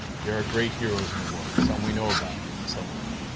there are great heroes in the world. some we know about, and some we don't.